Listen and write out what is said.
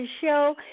show